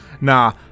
Nah